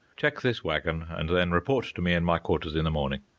check this wagon and then report to me in my quarters in the morning.